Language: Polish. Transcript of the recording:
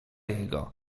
jego